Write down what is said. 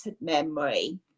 memory